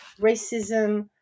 racism